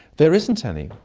there isn't any.